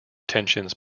tensions